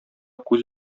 күз